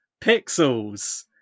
Pixels